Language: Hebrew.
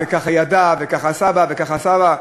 ככה היא ידעה וככה הסבא וככה הסבתא.